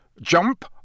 Jump